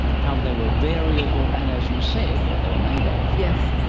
how they were variable and, as you said, what they were made of. yes.